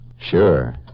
Sure